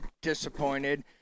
disappointed